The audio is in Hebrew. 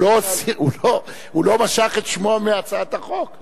אבל הוא לא משך את שמו מהצעת החוק.